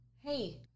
hey